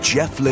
Jeff